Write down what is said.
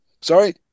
Sorry